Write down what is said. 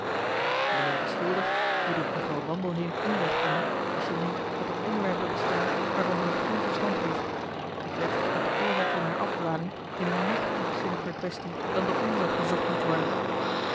mijnheer de schilder je doet mevrouw wandelheem onrecht aan als je meent dat er onderwerpen bestaan waarvan zij geen verstand heeft ik wed dat de oorzaak van haar afdwaling in een nog diepzinniger quaestie dan de onze gezocht moet worden